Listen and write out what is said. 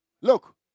Look